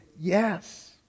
yes